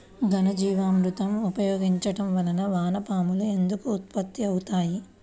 ఘనజీవామృతం ఉపయోగించటం వలన వాన పాములు ఎందుకు ఉత్పత్తి అవుతాయి?